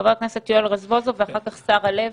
חבר הכנסת יואל רזבוזוב ואחר כך שרה לוי.